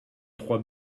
trois